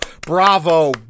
Bravo